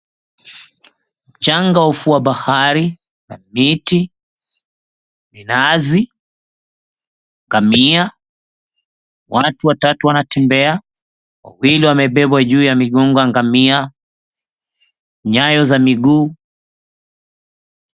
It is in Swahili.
Mchanga wa ufuo wa bahari, miti, minazi, ngamia, watu watatu wanatembea, wawili wamebebwa juu ya mgongo wa ngamia, nyayo za miguu.